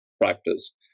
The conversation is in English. practice